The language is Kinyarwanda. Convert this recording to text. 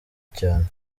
cyane